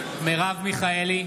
מיכאלי,